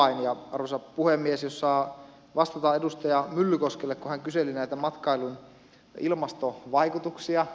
jos saan vastata edustaja myllykoskelle kun hän kyseli näitä matkailun ilmastovaikutuksia